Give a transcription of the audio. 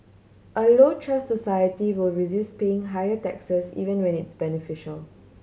a low trust society will resist paying higher taxes even when it's beneficial